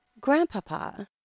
Grandpapa